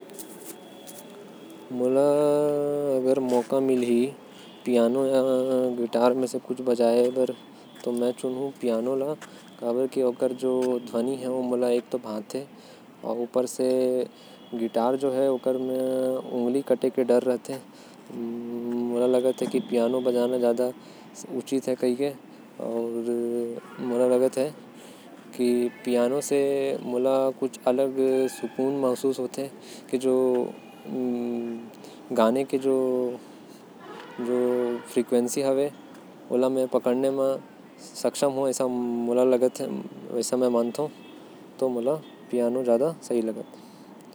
में पियानो सीखूं काबर की मोके ओकर धुन ज्यादा अच्छा लगेल। गिटार में उंगली कटे के भी डर रहथे अउ। पियानो के धुन मोला सुकून देथे।